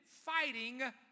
fighting